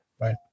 Right